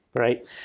right